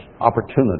opportunity